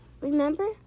remember